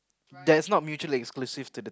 that's not mutually exclusive to the